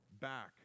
back